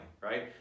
Right